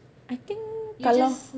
I think kalau